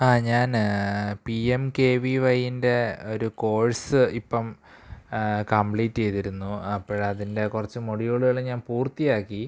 ആ ഞാൻ P M K V വൈൻ്റെ ഒരു കോഴ്സ് ഇപ്പം കംപ്ലീറ്റ് ചെയ്തിരുന്നു അപ്പോഴതിൻ്റെ കുറച്ച് മൊഡ്യൂളുകൾ ഞാൻ പൂർത്തിയാക്കി